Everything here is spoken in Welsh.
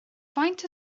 faint